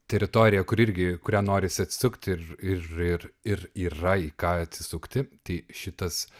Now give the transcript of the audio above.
teritorija kur irgi į kurią norisi atsisukti ir ir ir ir yra į ką atsisukti tai šitas